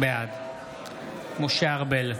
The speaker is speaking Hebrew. בעד משה ארבל,